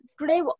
today